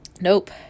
Nope